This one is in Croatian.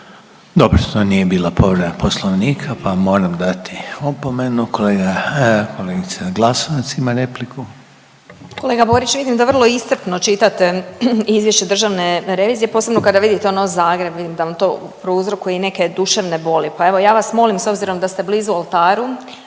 Glasovac ima repliku. **Glasovac, Sabina (SDP)** Kolega Borić vidim da vrlo iscrpno čitate izvješće Državne revizije posebno kada vidite ono Zagreb, vidim da vam to prouzrokuje i neke duševne boli, pa evo ja vam molim s obzirom da ste blizu oltaru,